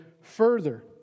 further